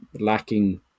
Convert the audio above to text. lacking